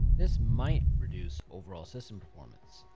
this might reduce overall system performance.